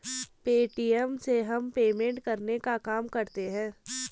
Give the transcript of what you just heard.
Paytm से हम payment करने का काम करते है